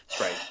right